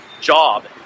job